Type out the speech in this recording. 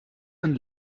een